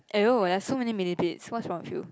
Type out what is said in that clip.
!aiyo! there so many millipedes what's wrong with you